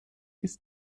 ist